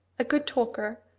a good talker,